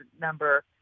number